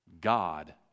God